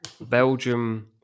Belgium